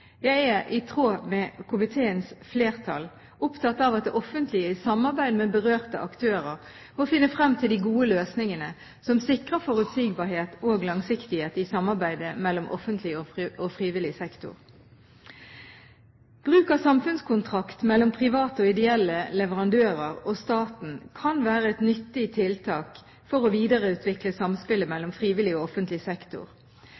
Jeg er – i tråd med komiteens flertall – opptatt av at det offentlige i samarbeid med berørte aktører må finne frem til de gode løsningene som sikrer forutsigbarhet og langsiktighet i samarbeidet mellom offentlig og frivillig sektor. Bruk av samfunnskontrakt mellom private og ideelle leverandører og staten kan være et nyttig tiltak for å videreutvikle samspillet mellom frivillig og offentlig sektor.